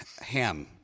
ham